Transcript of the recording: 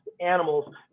animals